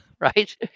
right